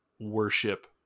worship